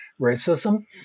racism